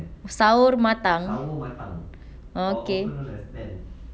sawo matang oh okay